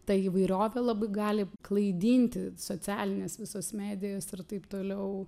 ta įvairovė labai gali klaidinti socialinės visos medijos ir taip toliau